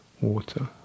water